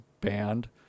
band